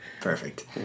Perfect